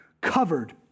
covered